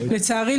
לצערי,